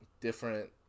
different